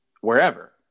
wherever